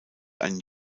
ein